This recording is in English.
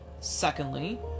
Secondly